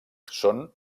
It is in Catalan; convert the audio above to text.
són